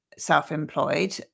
self-employed